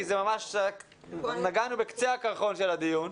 כי ממש רק נגענו בקצה הקרחון של הדיון,